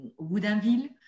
Woodinville